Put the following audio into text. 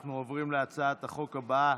אנחנו עוברים להצעת החוק הבאה,